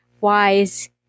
wise